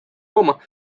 looma